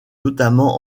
notamment